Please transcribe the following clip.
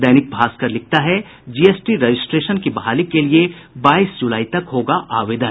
दैनिक भास्कर लिखता है GST registration की बहाली के लिए बाईस जुलाई तक होगा आवेदन